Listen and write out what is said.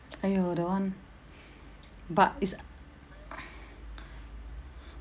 !aiyo! that [one] but it's